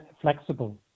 flexible